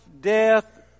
death